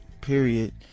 period